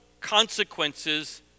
consequences